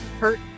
hurt